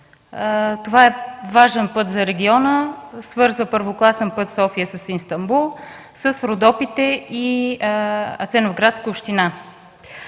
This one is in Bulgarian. Това е важен път за региона, свързва първокласен път София с Истанбул, с Родопите и Асеновградска община.